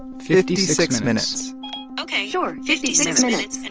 fifty-six minutes ok sure fifty-six minutes, and